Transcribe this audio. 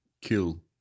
kill